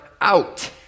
out